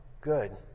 good